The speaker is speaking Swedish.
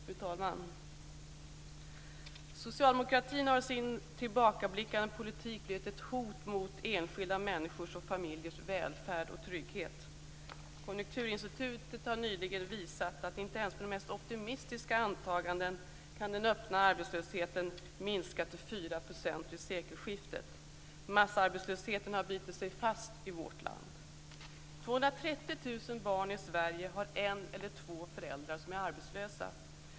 Fru talman! Socialdemokratin har med sin tillbakablickande politik blivit till ett hot mot enskilda människors och familjers välfärd och trygghet. Konjunkturinstitutet har nyligen visat att inte ens med de mest optimistiska antaganden kan den öppna arbetslösheten minska till 4 % vid sekelskiftet. Massarbetslösheten har bitit sig fast i vårt land. 230 000 barn i Sverige har en eller två föräldrar som är arbetslösa.